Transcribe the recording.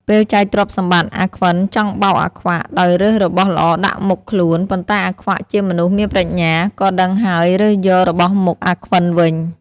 ពេលចែកទ្រព្យសម្បត្តិ អាខ្វិន ចង់បោកអាខ្វាក់ ដោយរើសរបស់ល្អដាក់មុខខ្លួន ប៉ុន្តែអាខ្វាក់ជាមនុស្សមានប្រាជ្ញា ក៏ដឹងហើយរើសយករបស់មុខអាខ្វិនវិញ ។